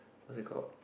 what's it called